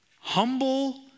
humble